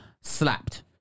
slapped